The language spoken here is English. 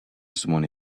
someone